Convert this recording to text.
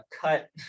cut